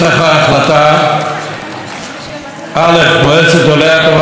"מועצת גדולי התורה מדגישה כי לומדי התורה הקדושה